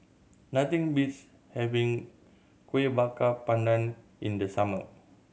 nothing beats having Kueh Bakar Pandan in the summer